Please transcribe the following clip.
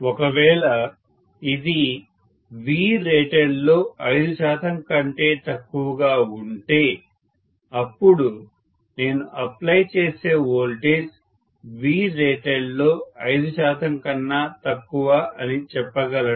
ఒక వేళ ఇది Vratedలో 5 శాతం కంటే తక్కువగా అంటే అప్పుడు నేను అప్లై చేసే వోల్టేజ్ Vratedలో 5 శాతం కన్నా తక్కువ అని చెప్పగలను